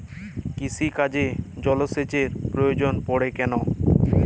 কৃষিকাজে জলসেচের প্রয়োজন পড়ে কেন?